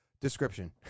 description